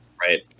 right